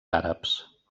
àrabs